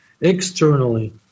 externally